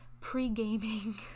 pre-gaming